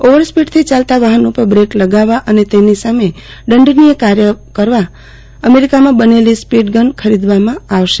over સ્પીડથી ચાલતા વાહનો પર બ્રેક લગાવવા અને તેમની સામે દંડનીય કાર્યવાહી કરવા અમેરિકામાં બનેલી સ્પીડ ગન ખરીદવામાં આવશે